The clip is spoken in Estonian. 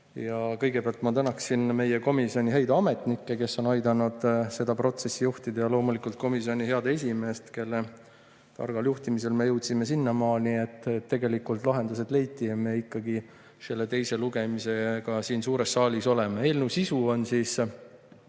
Kõigepealt ma tänan meie komisjoni häid ametnikke, kes on aidanud seda protsessi juhtida, ja loomulikult komisjoni head esimeest, kelle targal juhtimisel me jõudsime sinnamaani, et tegelikult lahendused leiti ja me ikkagi teise lugemise juures siin suures saalis oleme. Eelnõu sisu on